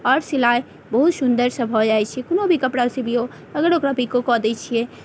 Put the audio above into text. और सिलाइ बहुत सुन्दरसँ भऽ जाइ छै कोनो भी कपड़ा से भी ओ अगर ओकरा पिको कऽ दै छियै